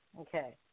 Okay